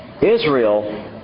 Israel